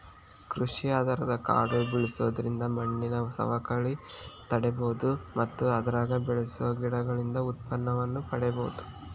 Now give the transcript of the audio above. ಕೃಷಿ ಆಧಾರದ ಕಾಡು ಬೆಳ್ಸೋದ್ರಿಂದ ಮಣ್ಣಿನ ಸವಕಳಿ ತಡೇಬೋದು ಮತ್ತ ಅದ್ರಾಗ ಬೆಳಸೋ ಗಿಡಗಳಿಂದ ಉತ್ಪನ್ನನೂ ಪಡೇಬೋದು